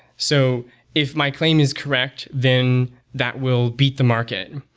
so if my claim is correct, then that will beat the market.